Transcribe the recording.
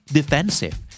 Defensive